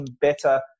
better